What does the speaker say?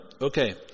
okay